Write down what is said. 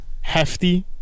Hefty